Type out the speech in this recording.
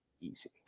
easy